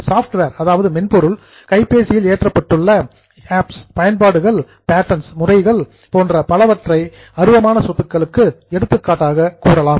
software மென்பொருள் கைப்பேசியில் ஏற்றப்பட்டுள்ள ஆப்ஸ் பயன்பாடுகள் பேட்டர்ன்ஸ் முறைகள் போன்ற பலவற்றை அருவமான சொத்துக்களுக்கு எடுத்துக்காட்டாக கூறலாம்